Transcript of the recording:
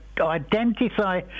identify